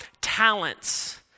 talents